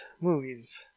movie's